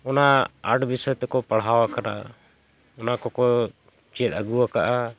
ᱚᱱᱟ ᱟᱨᱴ ᱵᱤᱥᱚᱭ ᱛᱮᱠᱚ ᱯᱟᱲᱦᱟᱣ ᱟᱠᱟᱱᱟ ᱚᱱᱟ ᱠᱚᱠᱚ ᱪᱮᱫ ᱟᱹᱜᱩᱣ ᱟᱠᱟᱜᱼᱟ